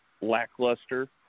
lackluster